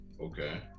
Okay